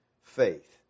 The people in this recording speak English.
faith